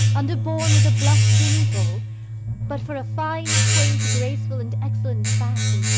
underborne with a blush tinsel but for a fine, quaint, graceful, and excellent fashion,